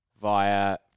via